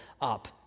up